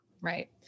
Right